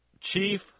Chief